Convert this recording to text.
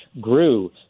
grew